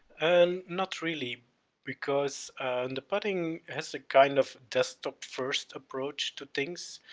and not really because the pudding has a kind of desktop first approach to things,